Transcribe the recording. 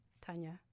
Tanya